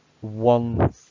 One